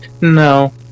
No